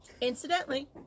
Incidentally